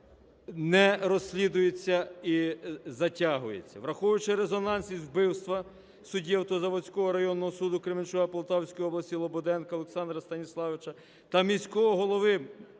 не розслідується і затягується. Враховуючи резонансність вбивства судді Автозаводського районного суду Кременчука Полтавської області Лободенка Олександра Станіславовича та міського голови